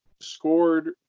scored